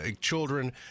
children